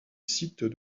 site